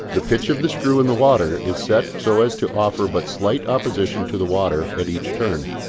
the pitch of the screw in the water is set so as to offer but slight opposition to the water at each turn.